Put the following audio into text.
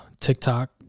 TikTok